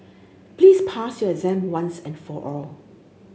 please pass your exam once and for all